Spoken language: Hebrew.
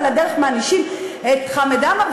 ועל הדרך מענישים את חמד עמאר,